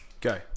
Go